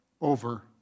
over